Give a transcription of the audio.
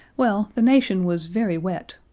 well the nation was very wet.